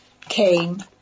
came